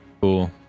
cool